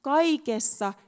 Kaikessa